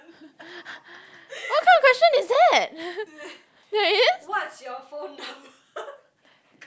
what kind of question is that